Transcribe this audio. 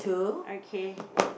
okay